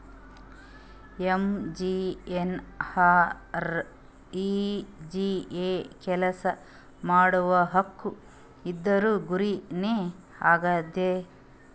MGNREGA ಕೆಲ್ಸಾ ಮಾಡುವ ಹಕ್ಕು ಇದೂರ್ದು ಗುರಿ ನೇ ಆಗ್ಯದ